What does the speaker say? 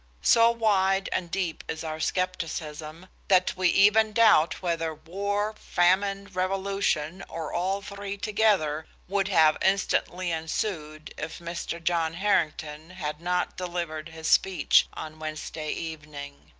so wide and deep is our skepticism, that we even doubt whether war, famine, revolution, or all three together' would have instantly ensued if mr. john harrington had not delivered his speech on wednesday evening.